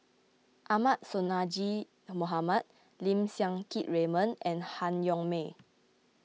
Ahmad Sonhadji Mohamad Lim Siang Keat Raymond and Han Yong May